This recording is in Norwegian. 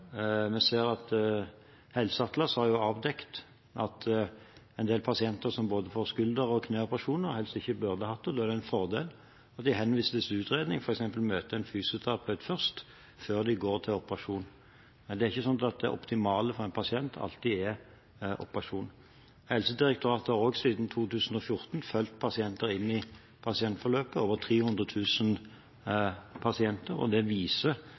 Vi ser at Helseatlas har avdekket at en del pasienter som både får skulder- og kneoperasjoner, helst ikke burde hatt det, og da er det en fordel at de henvises til utredning, f.eks. at de møter en fysioterapeut først, før de går til operasjon. Det er ikke slik at det optimale for en pasient alltid er operasjon. Helsedirektoratet har også siden 2014 fulgt pasienter inn i pasientforløpet, over 300 000 pasienter, og det viser